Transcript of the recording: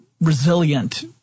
resilient